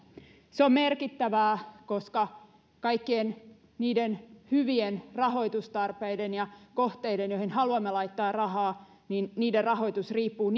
se on merkittävää koska kaikkien niiden hyvien rahoitustarpeiden ja kohteiden joihin haluamme laittaa rahaa rahoitus riippuu